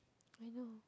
I know